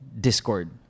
Discord